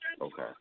Okay